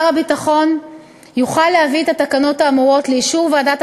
שר הביטחון יוכל להביא את התקנות האמורות לאישור ועדת